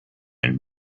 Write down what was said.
and